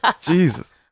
Jesus